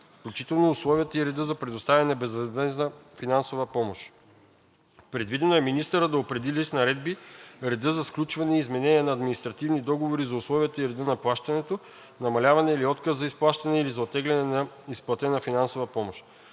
включително условията и реда за предоставяне на безвъзмездната финансова помощ. Предвидено е министърът да определи с наредби реда за сключване и изменение на административни договори и условията и реда за изплащане, намаляване или отказ за изплащане, или за оттегляне на изплатената финансова помощ.